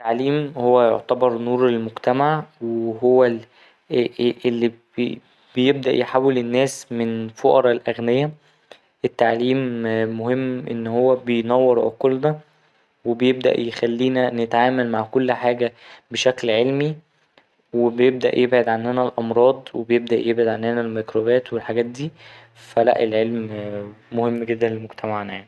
التعليم هو يعتبر نور المجتمع وهو اللي بيبدأ يحول الناس من فقرا لأغنيا التعليم مهم إن هو بينور عقولنا وبيبدأ يخلينا نتعامل مع كل حاجة بشكل علمي وبيبدأ يبعد عننا الأمراض وبيبدأ يبعد عننا الميكروبات والحاجات دي فا لا العلم مهم جدا لمجتمعنا يعني.